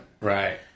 Right